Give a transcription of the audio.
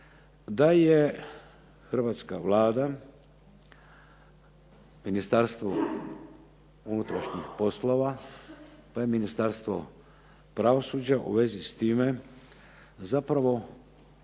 da je Hrvatska vlada Ministarstvo unutarnjih poslova, pa je Ministarstvo pravosuđa u vezi s time zapravo